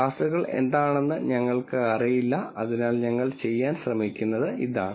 ക്ലാസുകൾ എന്താണെന്ന് ഞങ്ങൾക്ക് അറിയില്ല അതിനാൽ ഞങ്ങൾ ചെയ്യാൻ ശ്രമിക്കുന്നത് ഇതാണ്